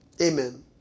Amen